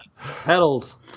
pedals